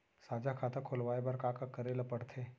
साझा खाता खोलवाये बर का का करे ल पढ़थे?